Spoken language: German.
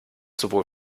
sowohl